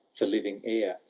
for living air.